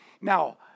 Now